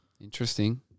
Interesting